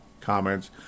comments